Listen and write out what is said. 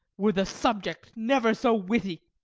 were the subject never so witty.